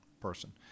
person